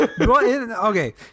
Okay